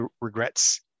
regrets